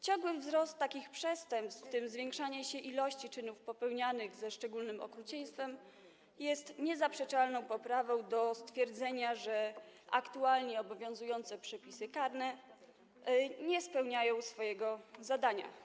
Ciągły wzrost takich przestępstw, w tym zwiększanie się ilości czynów popełnianych ze szczególnym okrucieństwem, jest niezaprzeczalną podstawą do stwierdzenia, że aktualnie obowiązujące przepisy karne nie spełniają swojej funkcji.